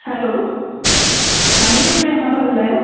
हलो Honey Footwear मां था ॻाल्हायो